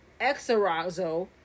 exorazo